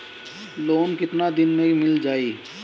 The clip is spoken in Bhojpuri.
लोन कितना दिन में मिल जाई?